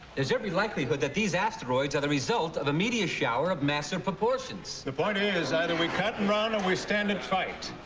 there's every likelihood that these asteroids are the result of a meteor shower of massiveroportions. the point is, either we cut and run or we stand and fight.